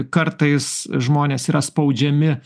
kartais žmonės yra spaudžiami